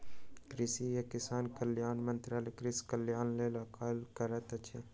कृषि आ किसान कल्याण मंत्रालय कृषि कल्याणक लेल कार्य करैत अछि